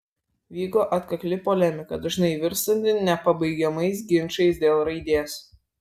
vyko atkakli polemika dažnai virstanti nepabaigiamais ginčais dėl raidės